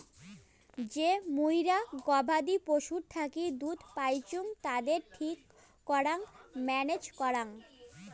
যে মুইরা গবাদি পশুর থাকি দুধ পাইচুঙ তাদের ঠিক করং ম্যানেজ করং